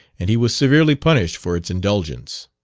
and he was severely punished for its indulgence.